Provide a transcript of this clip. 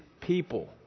people